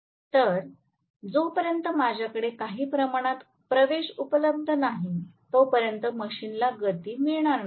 तर जोपर्यंत माझ्याकडे काही प्रमाणात प्रवेश उपलब्ध नाही तोपर्यंत मशीनला गती मिळणार नाही